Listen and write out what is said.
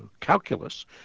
calculus